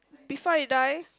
before I die